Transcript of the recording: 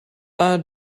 are